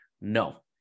No